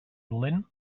dolent